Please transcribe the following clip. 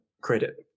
credit